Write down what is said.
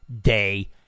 Day